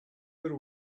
their